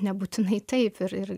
nebūtinai taip ir ir